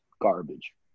garbage